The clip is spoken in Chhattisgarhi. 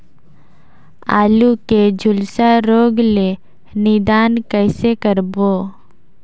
आलू के झुलसा रोग ले निदान कइसे करबो?